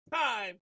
time